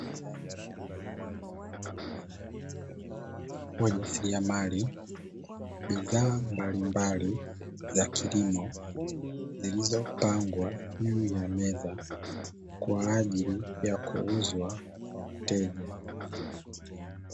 Wajasiriamali, bidhaa mbalimbali za kilimo zilizopangwa juu ya meza kwa ajili ya kuuzwa kwa wateja.